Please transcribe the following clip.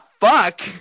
fuck